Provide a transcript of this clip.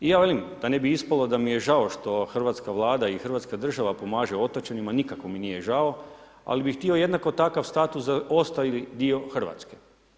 I ja velim, da ne bi ispalo da mi je žao što hrvatska Vlada i hrvatska država pomaže otočanima, nikako mi nije žao, ali bih htio jednako takav status za ostali dio RH.